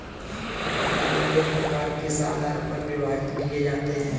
कर्जदारों के प्रकार किस आधार पर विभाजित किए जाते हैं?